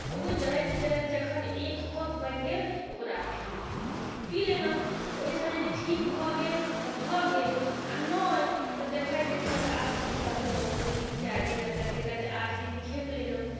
आ ओ जरैत जरैत जखन एक कप बनि गेल ओकरा पी लेलहुँ पी लेलहुँ ओहिसँ यदि ठीक भऽ गेल तऽ भऽ गेल आ नहि तऽ देखैत देखैत आठ दिन तक तकलहुँ दू दिन चारि दिन करते करते आठ दिन खेप लेलहुँ